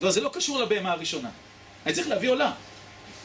זה לא קשור לבהמה הראשונה, אני צריך להביא עולה